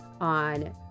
on